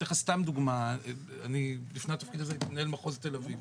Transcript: אתן לך דוגמה, בעניין מנהל מחוז תל אביב.